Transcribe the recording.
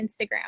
Instagram